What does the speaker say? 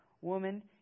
Woman